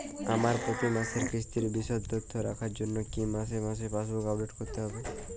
আমার প্রতি মাসের কিস্তির বিশদ তথ্য রাখার জন্য কি মাসে মাসে পাসবুক আপডেট করতে হবে?